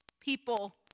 People